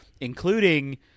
including